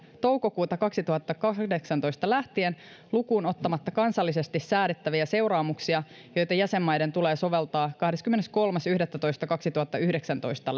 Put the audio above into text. toukokuuta kaksituhattakahdeksantoista lähtien lukuun ottamatta kansallisesti säädettäviä seuraamuksia joita jäsenmaiden tulee soveltaa kahdeskymmeneskolmas yhdettätoista kaksituhattayhdeksäntoista